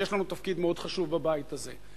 שיש לנו תפקיד מאוד חשוב בבית הזה.